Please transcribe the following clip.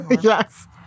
Yes